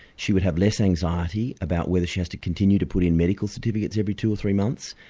she would have less anxiety about whether she has to continue to put in medical certificates every two or three months.